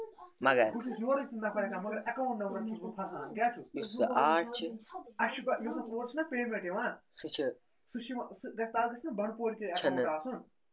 مگر یُس سُہ آرٹ چھِ سُہ چھِ چھِنہٕ